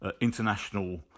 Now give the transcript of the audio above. international